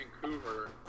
Vancouver